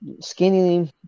skinny